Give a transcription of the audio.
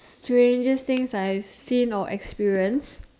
strangest things I've seen or experienced